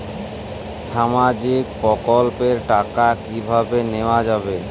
সামাজিক প্রকল্পের টাকা কিভাবে নেওয়া যাবে?